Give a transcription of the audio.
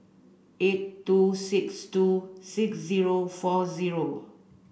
eight two six two six zero four zero